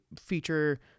feature